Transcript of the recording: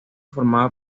formaba